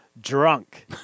drunk